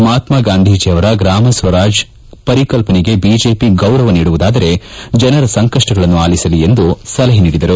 ಮಹಾತ್ನ ಗಾಂಧೀಜಿ ಅವರ ಗ್ರಾಮಸ್ತರಾಜ್ ಪರಿಕಲ್ಲನೆಗೆ ಬಿಜೆಪಿ ಗೌರವ ನೀಡುವುದಾದರೆ ಜನರ ಸಂಕಷ್ನಗಳನ್ನು ಆಲಿಸಲಿ ಎಂದು ಸಲಹೆ ನೀಡಿದರು